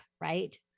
right